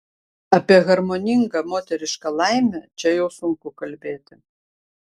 apie harmoningą moterišką laimę čia jau sunku kalbėti